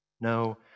no